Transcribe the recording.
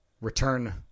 return